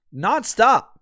nonstop